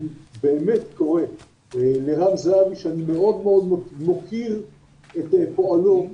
אני באמת קורא לרם זהבי שאני מאוד מאוד מוקיר את פועלו,